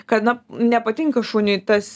kad na nepatinka šuniui tas